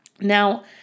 Now